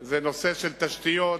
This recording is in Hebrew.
היא נושא של תשתיות,